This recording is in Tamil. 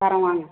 தர்றேன் வாங்க